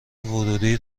ورودی